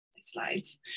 slides